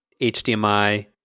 HDMI